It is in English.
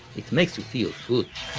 it makes you feel good.